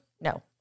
No